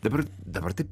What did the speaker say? dabar dabar taip